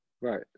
Right